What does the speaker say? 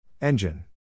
Engine